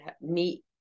meet